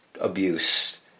abuse